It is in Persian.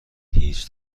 هیچ